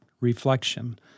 reflection